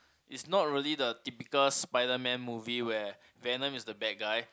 is not really the typical Spiderman movie where Venom is the bad guy